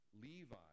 Levi